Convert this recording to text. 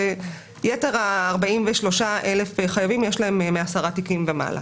וליתר 43,000 החייבים יש מ-10 תיקים ומעלה.